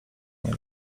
nie